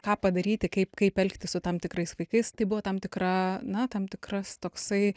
ką padaryti kaip kaip elgtis su tam tikrais vaikais tai buvo tam tikra na tam tikras toksai